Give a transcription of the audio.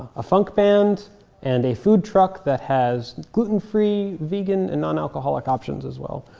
funk band and a food truck that has gluten-free, vegan, and non-alcoholic options as well.